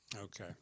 Okay